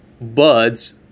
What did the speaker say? buds